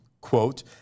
quote